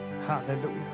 Hallelujah